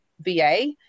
va